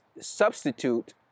substitute